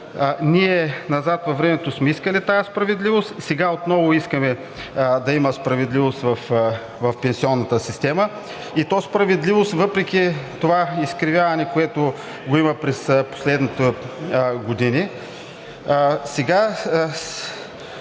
ние назад във времето сме искали тази справедливост, сега отново искаме да има справедливост в пенсионната система, и то справедливост въпреки това изкривяване, което има през последните години.